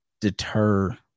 deter